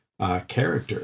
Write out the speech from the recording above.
character